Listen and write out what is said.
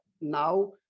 now